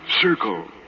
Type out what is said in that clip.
circle